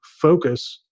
focus